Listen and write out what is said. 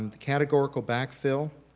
um the categorical back fill,